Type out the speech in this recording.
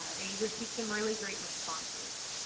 ah they received some really great responses.